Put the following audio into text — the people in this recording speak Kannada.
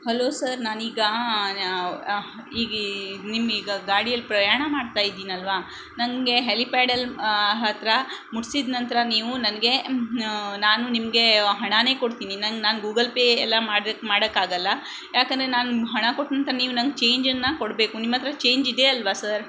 ಹಲೋ ಸರ್ ನಾನೀಗಾ ಈಗ ನಿಮ್ಮೀಗ ಗಾಡಿಯಲ್ಲಿ ಪ್ರಯಾಣ ಮಾಡ್ತಾಯಿದೀನಲ್ವ ನಂಗೆ ಹೆಲಿಪ್ಯಾಡಲ್ಲಿ ಹತ್ತಿರ ಮುಟ್ಸಿದ ನಂತರ ನೀವು ನನಗೆ ನಾನು ನಿಮಗೆ ಹಣ ಕೊಡ್ತಿನಿ ನಂಗೆ ನಾನು ಗೂಗಲ್ ಪೇ ಎಲ್ಲ ಮಾಡ್ಬೇಕು ಮಾಡೋಕ್ಕಾಗಲ್ಲ ಯಾಕಂದರೆ ನಾನು ಹಣ ಕೊಟ್ನಂತ ನೀವು ನಂಗೆ ಚೇಂಜನ್ನ ಕೊಡಬೇಕು ನಿಮ್ಮಹತ್ರ ಚೇಂಜ್ ಇದೆ ಅಲ್ವಾ ಸರ್